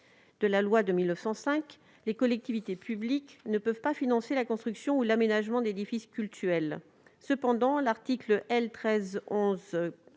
de la loi de 1905, les collectivités publiques ne peuvent pas financer la construction ou l'aménagement d'édifices cultuels. Cependant, l'article L. 1311-2